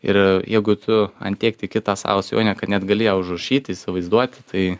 ir jeigu tu ant tiek tiki ta savo svajone kad net gali ją užrašyti įsivaizduoti tai